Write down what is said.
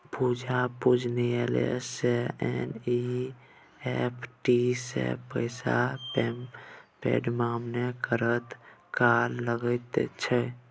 पूजा पूछलनि जे एन.ई.एफ.टी सँ पैसा पठेबामे कतेक काल लगैत छै